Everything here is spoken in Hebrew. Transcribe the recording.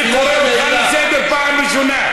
אני קורא אותך לסדר פעם ראשונה.